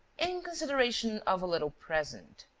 in consideration of a little present.